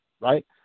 right